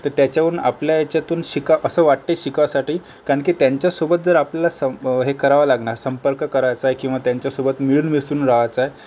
तर त्याच्यावरून आपल्या याच्यातून शिका असं वाटते शिकासाठी कारण की त्यांच्यासोबत जर आपल्याला संप हे करावं लागणार संपर्क करायचं किंवा त्यांच्यासोबत मिळून मिसळून रहायचंय